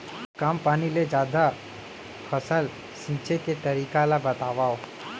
कम पानी ले जादा फसल सींचे के तरीका ला बतावव?